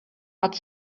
but